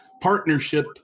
partnership